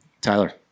Tyler